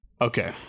Okay